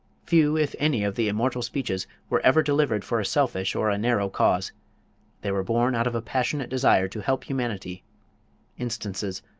few if any of the immortal speeches were ever delivered for a selfish or a narrow cause they were born out of a passionate desire to help humanity instances,